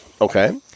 Okay